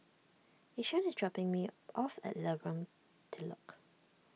Ishaan is dropping me off at Lorong Telok